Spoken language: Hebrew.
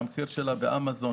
שהמחיר שלה באמזון